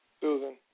Susan